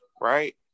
right